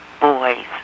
boys